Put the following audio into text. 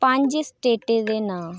पंज स्टेटें दे नांऽ